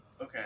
okay